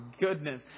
goodness